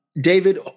David